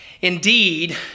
indeed